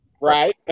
right